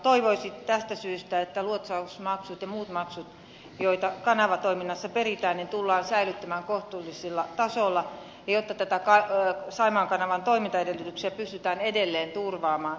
toivoisin tästä syystä että luotsausmaksut ja muut maksut joita kanavatoiminnassa peritään tullaan säilyttämään kohtuullisella tasolla jotta saimaan kanavan toimintaedellytykset pystytään edelleen turvaamaan